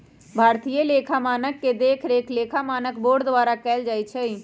भारतीय लेखा मानक के देखरेख लेखा मानक बोर्ड द्वारा कएल जाइ छइ